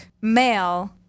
male